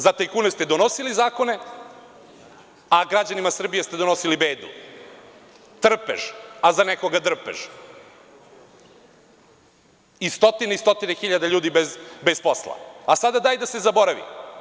Za tajkune ste donosili zakone, a građanima Srbije ste donosili bedu, trpež a za nekoga drpež i stotine i stotine hiljada ljudi bez posla, a sada daj da se zaboravi.